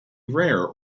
rare